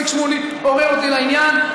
איציק שמולי עורר אותי לעניין.